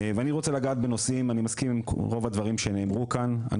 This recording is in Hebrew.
אני מסכים עם רוב הדברים שנאמרו כאן,